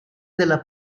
della